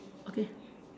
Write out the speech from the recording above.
okay